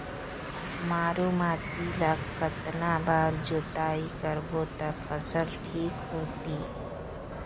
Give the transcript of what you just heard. मारू माटी ला कतना बार जुताई करबो ता फसल ठीक होती?